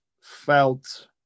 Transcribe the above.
felt